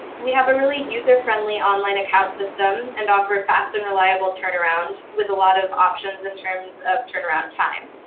we have a really user-friendly online account system, and offer fast and reliable turnaround, with a lot of options in terms of turnaround time.